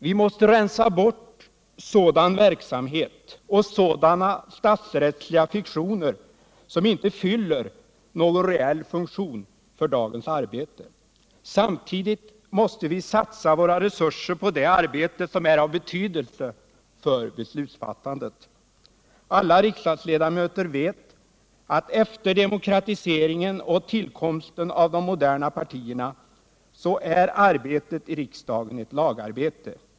Vi måste rensa bort sådan verksamhet och sådana statsrättsliga fiktioner som inte fyller någon reell funktion för dagens arbete. Samtidigt måste vi satsa våra resurser på det arbete som är av betydelse för beslutsfattandet. Alla riksdagsledamöter vet att efter demokratiseringen och tillkomsten av de moderna partierna är arbetet i riksdagen ett lagarbete.